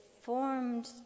formed